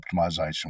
optimization